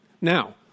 Now